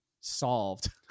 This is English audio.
solved